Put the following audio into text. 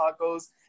tacos